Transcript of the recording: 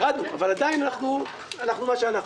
ירדנו, אבל עדיין אנחנו מה שאנחנו.